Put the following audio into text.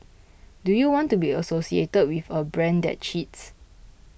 do you want to be associated with a brand that cheats